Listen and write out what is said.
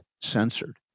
censored